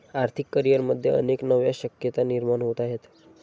आर्थिक करिअरमध्ये अनेक नव्या शक्यता निर्माण होत आहेत